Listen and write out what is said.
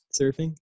surfing